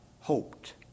hoped